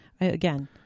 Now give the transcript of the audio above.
Again